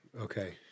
Okay